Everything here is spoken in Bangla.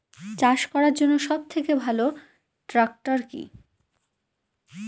চাষ করার জন্য সবথেকে ভালো ট্র্যাক্টর কি?